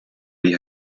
les